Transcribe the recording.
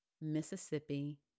Mississippi